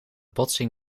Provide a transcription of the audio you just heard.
botsing